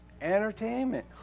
entertainment